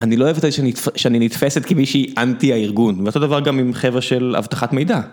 אני לא אוהבת את זה שאני נתפסת כמישהי אנטי הארגון, ואותו דבר גם עם חבר'ה של אבטחת מידע.